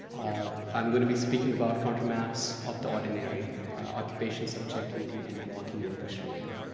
i'm going to be speaking about contour maps of the ordinary occupations, subjectivity, and walking in kashmir.